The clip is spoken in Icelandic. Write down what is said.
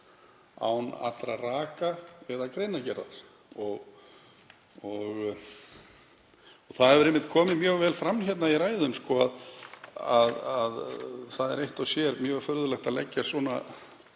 án allra raka eða greinargerðar. Það hefur einmitt komið mjög vel fram í ræðum að það er eitt og sér mjög furðulegt að leggja af